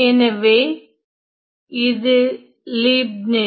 எனவே இது லீப்னிஸ்